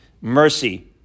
mercy